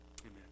Amen